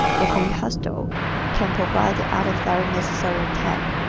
if he hustles, can provide the other very necessary ten.